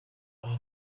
aha